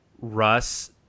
Russ